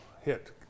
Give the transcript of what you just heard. hit